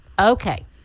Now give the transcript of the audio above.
Okay